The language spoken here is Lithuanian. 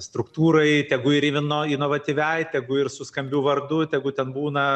struktūrai tegu ir ino inovatyviai tegu ir su skambiu vardu tegu ten būna